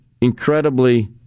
incredibly